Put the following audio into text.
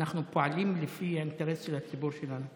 אנחנו פועלים לפי האינטרס של הציבור שלנו.